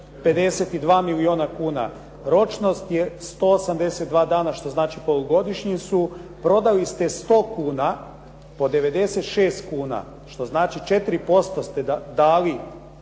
52 milijuna kuna. Ročnost je 182 dana, što znači polugodišnji su. Prodali ste 100 kuna po 96 kuna, što znači 4% ste dali